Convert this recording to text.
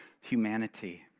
humanity